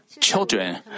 children